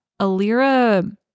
Alira